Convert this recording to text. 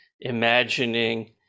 imagining